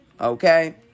okay